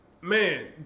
man